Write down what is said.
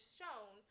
shown